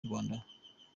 rwanda